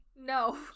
No